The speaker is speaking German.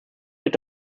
wird